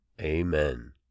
Amen